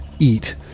eat